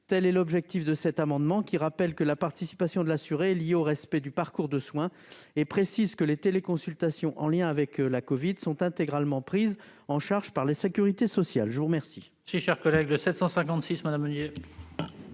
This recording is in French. Tel est l'objet de cet amendement, qui vise à rappeler que la participation de l'assuré est liée au respect du parcours de soins et à préciser que les téléconsultations en lien avec la covid-19 sont intégralement prises en charge par la sécurité sociale. L'amendement